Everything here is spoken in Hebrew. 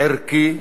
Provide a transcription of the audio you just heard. ערכי,